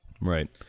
Right